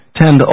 tend